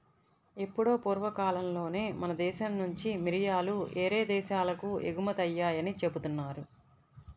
ఎప్పుడో పూర్వకాలంలోనే మన దేశం నుంచి మిరియాలు యేరే దేశాలకు ఎగుమతయ్యాయని జెబుతున్నారు